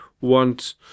want